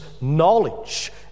knowledge